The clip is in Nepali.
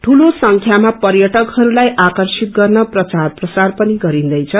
दूलो संख्यामा पर्यटकहरूलाई आर्कषित गर्न प्रचार प्रसार पनि गरिन्दैछ